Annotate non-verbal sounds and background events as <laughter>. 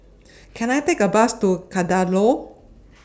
Can I Take A Bus to Kadaloor <noise>